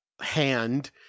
hand